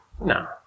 No